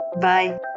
Bye